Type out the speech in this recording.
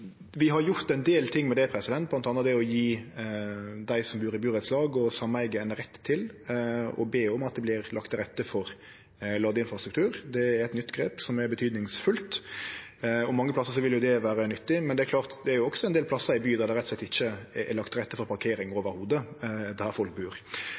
Vi har gjort ein del med det, bl.a. å gje dei som bur i burettslag og sameige ein rett til å be om at det vert lagt til rette for ladeinfrastruktur. Det er eit nytt grep som har stor betydning, og mange plassar vil det vere nyttig. Det er klart at det også er ein del plassar i byar der det rett og slett ikkje er lagt til rette for parkering i det heile der folk bur.